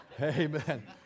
amen